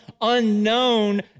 unknown